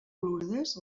lourdes